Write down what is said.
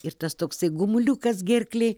ir tas toksai gumuliukas gerklėj